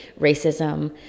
racism